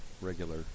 regular